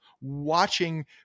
watching